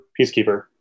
Peacekeeper